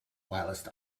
whilst